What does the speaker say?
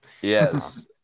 Yes